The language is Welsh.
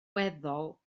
weddol